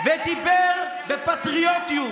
ודיבר בפטריוטיות,